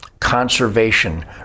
conservation